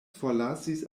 forlasis